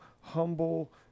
humble